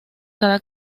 cada